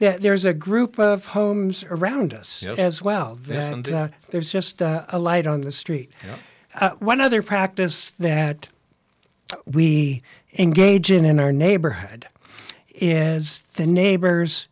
he there's a group of homes around us as well and there's just a light on the street you know one other practice that we engage in in our neighborhood is the neighbors